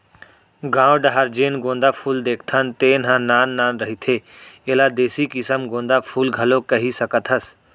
गाँव डाहर जेन गोंदा फूल देखथन तेन ह नान नान रहिथे, एला देसी किसम गोंदा फूल घलोक कहि सकत हस